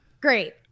Great